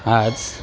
आज